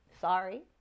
Sorry